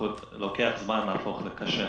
שלוקח זמן שהחולה הופך לקשה.